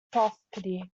property